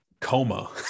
coma